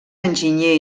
enginyer